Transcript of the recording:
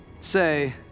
say